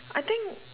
I think